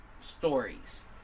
stories